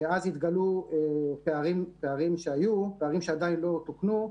ואז התגלו פערים שעדיין לא תוקנו,